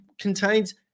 contains